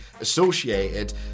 associated